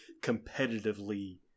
competitively